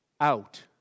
out